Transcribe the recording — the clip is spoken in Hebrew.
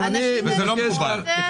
זה לא מקובל.